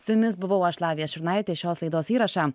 su jumis buvau aš lavija šurnaitė šios laidos įrašą